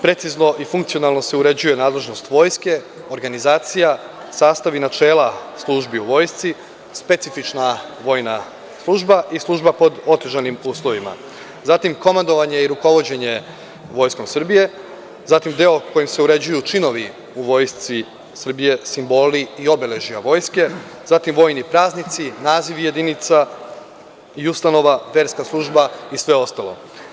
Precizno i funkcionalno se uređuje nadležnost Vojske, organizacija, sastav i načela službi u Vojsci, specifična vojna služba i služba pod otežanim uslovima, zatim komandovanje i rukovođenje Vojskom Srbije, zatim deo kojim se uređuju činovi u Vojsci Srbije, simboli i obeležja vojske, zatim vojni praznici, nazivi jedinica i ustanova, verska služba i sve ostalo.